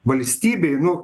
valstybei nu